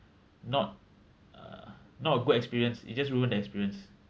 not uh not a good experience it just ruin the experience